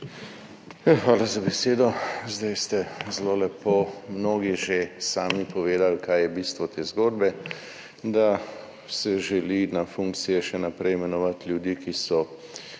Hvala za besedo. Mnogi ste zdaj zelo lepo že sami povedali, kaj je bistvo te zgodbe, da se želi na funkcije še naprej imenovati ljudi, ki so